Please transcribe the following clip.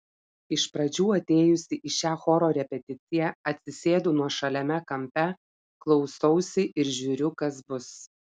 iš pradžių atėjusi į šią choro repeticiją atsisėdu nuošaliame kampe klausausi ir žiūriu kas bus